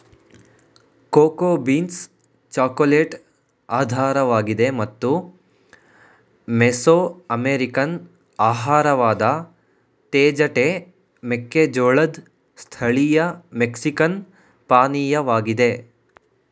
cocoa beans chocolate ಆಧಾರವಾಗಿದೆ ಮತ್ತು Mesoamerican ಆಹಾರವಾದ ತೇಜಟೆ ಮೆಕ್ಕೆಜೋಳದ್ ಸ್ಥಳೀಯ ಮೆಕ್ಸಿಕನ್ ಪಾನೀಯವಾಗಿದೆ